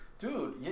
Dude